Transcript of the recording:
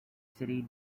city